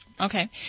Okay